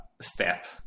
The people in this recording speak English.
step